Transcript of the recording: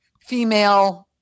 female